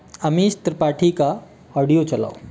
अमीश त्रिपाठी का ऑडियो चलाओ